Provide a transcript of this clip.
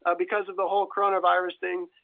ah because of the whole coronavirus thing,